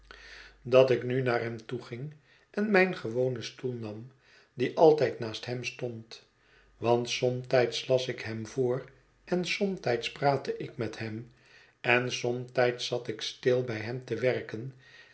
dat ik nu naar hem toe ging en mijn gewonen stoel nam die altijd naast hem stond want somtijds las ik hem voor en somtijds praatte ik met hem en somtijds zat ik stil bij hem te werken